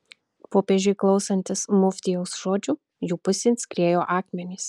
popiežiui klausantis muftijaus žodžių jų pusėn skriejo akmenys